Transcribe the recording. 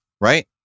right